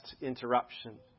interruption